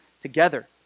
together